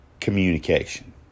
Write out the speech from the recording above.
communication